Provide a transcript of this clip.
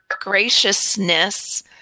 graciousness